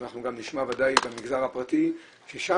אבל אנחנו גם נשמע בוודאי את המגזר הפרטי ששם,